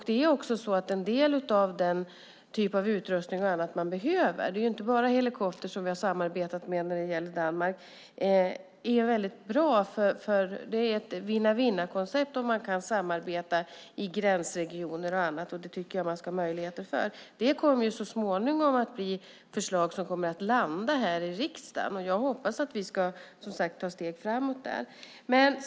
Det är inte bara i fråga om helikopter vi har samarbetat med Danmark utan också i fråga om annan utrustning. Om vi kan samarbeta i gränsregioner och liknande får vi en vinn-vinn-situation. Det tycker jag att det ska finnas möjligheter till. Så småningom kommer förslag att landa i riksdagen, och jag hoppas att vi då kan ta steg framåt.